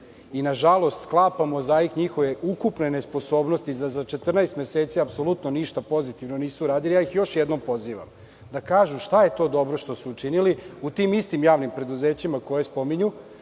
i sklapa mozaik njihove ukupne nesposobnosti. Za 14 meseci apsolutno ništa pozitivno nisu uradili. Još jednom ih pozivam da kažu šta je to dobro što su učinili u tim istim javnim preduzećima koje spominje,